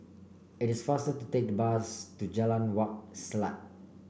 it is faster to take the bus to Jalan Wak Selat